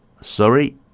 sorry